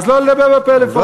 אז לא לדבר בפלאפון.